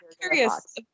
curious